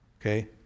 Okay